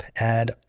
add